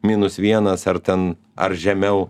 minus vienas ar ten ar žemiau